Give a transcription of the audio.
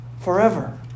forever